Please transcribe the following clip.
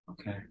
Okay